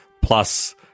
plus